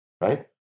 right